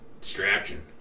Distraction